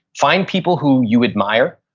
find people who you admire,